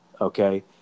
okay